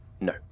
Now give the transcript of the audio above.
No